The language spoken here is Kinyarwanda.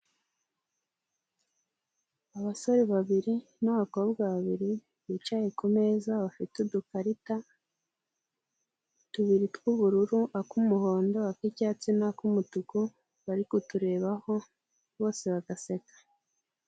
Abasore babiri n'abakobwa babiri bicaye kumeza bafite udukarita tubiri tw'ubururu, ak'umuhondo, ak'icyatsi n'ak'umutuku, bari kuturebaho bose bagaseka.